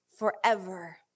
Forever